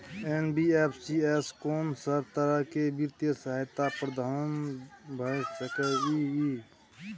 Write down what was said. NBFC स कोन सब तरह के वित्तीय सहायता प्रदान भ सके इ? इ